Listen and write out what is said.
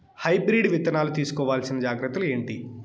Hybrid విత్తనాలు తీసుకోవాల్సిన జాగ్రత్తలు ఏంటి?